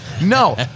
No